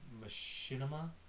machinima